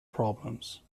problems